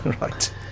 Right